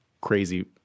crazy